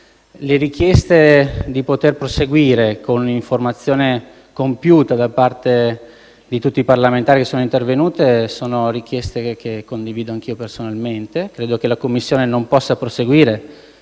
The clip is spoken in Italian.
Le richieste di poter proseguire con un'informazione compiuta da parte di tutti i parlamentari che sono intervenuti sono richieste che condivido anch'io personalmente. Credo che la Commissione non possa proseguire